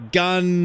gun